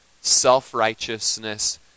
self-righteousness